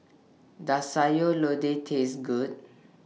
Does Sayur Lodeh Taste Good